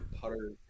putter